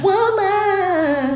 Woman